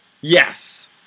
Yes